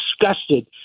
disgusted